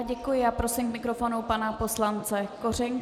Děkuji a prosím k mikrofonu pana poslance Kořenka.